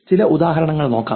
ചില ഉദാഹരണങ്ങൾ നൽകാം